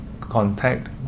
contact